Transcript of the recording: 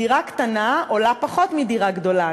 דירה קטנה עולה פחות מדירה גדולה,